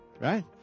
right